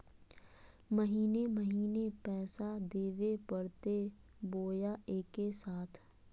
महीने महीने पैसा देवे परते बोया एके साथ?